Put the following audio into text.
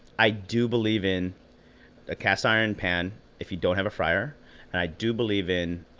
i do believe in a cast iron pan if you don't have a fryer. and i do believe in